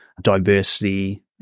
diversity